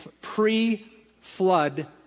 pre-flood